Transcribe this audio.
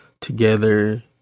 together